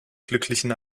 glücklichen